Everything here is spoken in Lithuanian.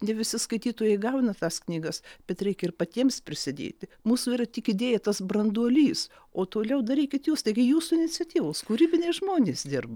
ne visi skaitytojai gauna tas knygas bet reikia ir patiems prisidėti mūsų yra tik įdėja tas branduolys o toliau darykit jūs taigi jūsų iniciatyvos kūrybiniai žmonės dirba